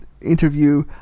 interview